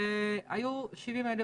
היו 70,000